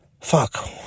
fuck